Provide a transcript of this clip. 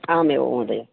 आम् एव महोदय